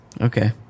Okay